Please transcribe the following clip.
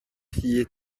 hyd